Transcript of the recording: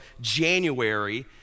January